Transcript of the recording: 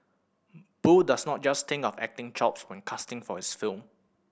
Boo does not just think of acting chops when casting for his film